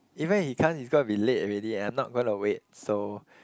even if he comes he's gonna be late already and I'm not going to wait so